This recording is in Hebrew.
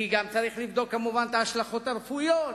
כי צריך לבדוק כמובן גם את ההשלכות הרפואיות,